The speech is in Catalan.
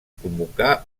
convocà